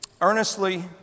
earnestly